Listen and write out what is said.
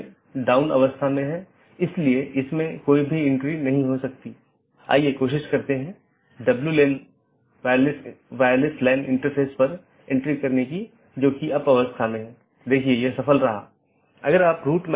एक ज्ञात अनिवार्य विशेषता एट्रिब्यूट है जोकि सभी BGP कार्यान्वयन द्वारा पहचाना जाना चाहिए और हर अपडेट संदेश के लिए समान होना चाहिए